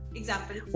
example